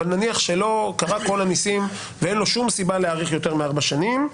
אבל נניח שלא קרה כל הנסים ואין לו שום סיבה להאריך יותר מארבע שנים.